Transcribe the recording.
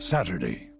Saturday